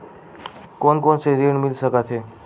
कोन कोन से ऋण मिल सकत हे?